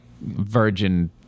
virgin